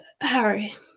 Harry